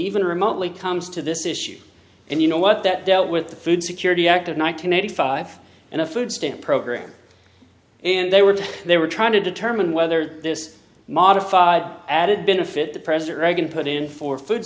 even remotely comes to this issue and you know what that dealt with the food security act of one thousand nine hundred five and a food stamp program and they were they were trying to determine whether this modified added benefit the president reagan put in for food